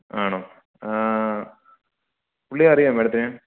ആണോ പുള്ളിയെ അറിയാമോ മേഡത്തിന്